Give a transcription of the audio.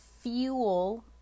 Fuel